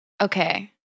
Okay